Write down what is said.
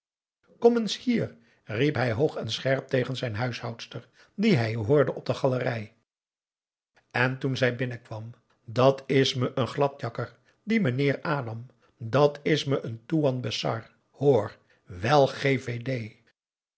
kom eens hier riep hij hoog en scherp tegen zijn huishoudster die hij hoorde op de galerij en toen zij binnenkwam dat is me een gladakker die meneer adam dat is me een toean besar hoor wel gévédé